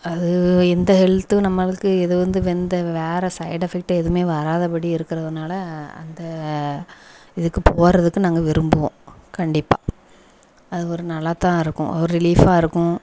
அது எந்த ஹெல்த் நம்மளுக்கு எதோ வந்து வந்த வேற சைட் எஃபெக்ட்டு எதுவுமே வராத படி இருக்கிறதுனால அந்த இதுக்கு போகிறதுக்கு நாங்கள் விரும்புவோம் கண்டிப்பாக அது ஒரு நல்லாத்தான் இருக்கும் ஒரு ரிலீஃபாக இருக்கும்